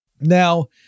Now